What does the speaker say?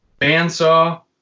Bandsaw